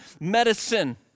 medicine